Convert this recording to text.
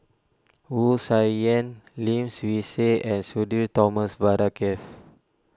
Wu Tsai Yen Lim Swee Say and Sudhir Thomas Vadaketh